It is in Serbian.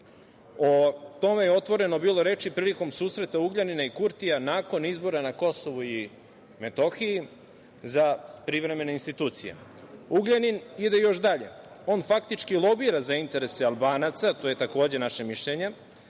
O tome je otvoreno bilo reči prilikom susreta Ugljanina i Kurtija nakon izbora na Kosovu i Metohiji za privremene institucije. Ugljanin ide još dalje. On faktički lobira za interese Albanaca, to je takođe naše mišljenje,